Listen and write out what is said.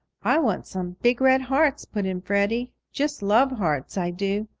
i want some big red hearts, put in freddie. just love hearts, i do!